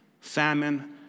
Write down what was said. salmon